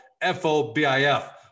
F-O-B-I-F